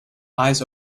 eyes